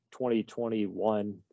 2021